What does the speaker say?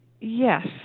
Yes